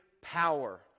power